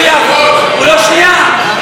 שהגבת על הסיפור של לוסי אהריש ובעלה.